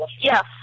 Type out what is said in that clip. Yes